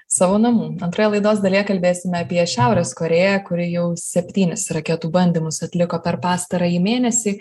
savo namų antroje laidos dalyje kalbėsime apie šiaurės korėją kuri jau septynis raketų bandymus atliko per pastarąjį mėnesį